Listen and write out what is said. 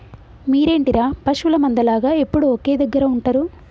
మీరేంటిర పశువుల మంద లాగ ఎప్పుడు ఒకే దెగ్గర ఉంటరు